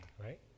right